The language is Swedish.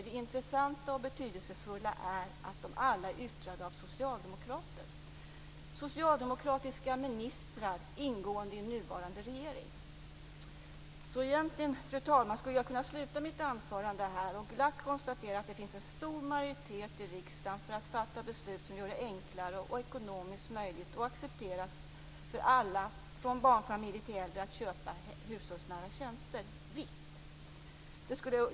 Det intressanta och betydelsefulla är att de alla är yttrade av socialdemokrater, av socialdemokratiska ministrar ingående i nuvarande regering. Egentligen, fru talman, skulle jag kunna sluta mitt anförande här och glatt konstatera att det finns stor majoritet i riksdagen för att fatta beslut som gör det enklare, ekonomiskt möjligt och accepterat för alla, från barnfamiljer till äldre, att köpa hushållsnära tjänster vitt.